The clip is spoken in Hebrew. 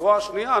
הזרוע השנייה,